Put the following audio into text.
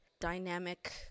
dynamic